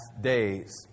days